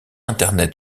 internet